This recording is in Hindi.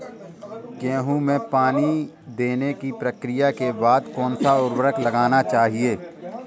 गेहूँ में पानी देने की प्रक्रिया के बाद कौन सा उर्वरक लगाना चाहिए?